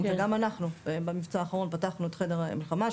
וגם אנחנו במבצע האחרון פתחנו את חדר מלחמה,